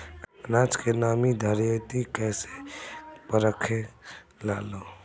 आनाज के नमी घरयीत कैसे परखे लालो?